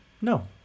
No